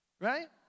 right